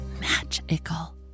magical